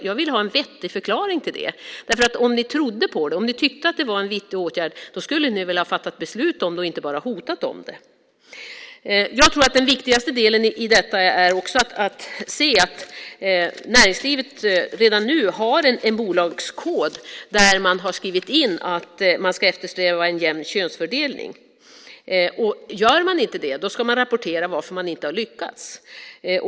Jag vill ha en vettig förklaring till det. Om ni trodde på det och tyckte att det var en viktig åtgärd skulle ni väl ha fattat beslut om det och inte bara hotat med det? Jag tror att den viktigaste delen i detta är att näringslivet redan nu har en bolagskod där man har skrivit in att man ska eftersträva en jämn könsfördelning. Gör man inte det ska man rapportera varför man inte har lyckats.